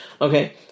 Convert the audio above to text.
Okay